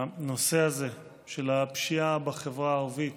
הנושא הזה של הפשיעה בחברה הערבית